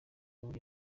uburyo